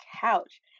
couch